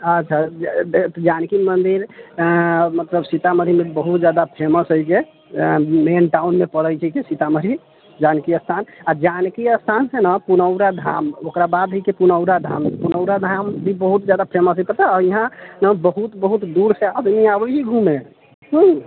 अच्छा अ जानकी मन्दिर ऐ मतलब सीतामढ़ी मे बहुत ज्यादा फेमस हय जे मैन टाउन मे पड़ै छै कि सीतामढ़ी जानकी स्थान आ जानकी स्थान हय न पुनौरा धाम ओकरा बाद ही कि पुनौरा धाम पुनौरा धाम भी बहुत ज्यादा फेमस हय पता हय इहाँ इहाँ बहुत बहुत दूर से लोक आबै हय घुमै हूँ